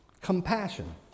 Compassion